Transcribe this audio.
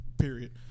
period